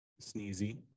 Sneezy